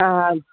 हा हा